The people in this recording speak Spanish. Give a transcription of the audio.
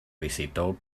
visitó